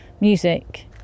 music